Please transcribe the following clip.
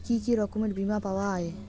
কি কি রকমের বিমা পাওয়া য়ায়?